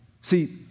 See